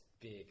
big